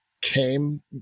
came